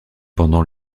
pendant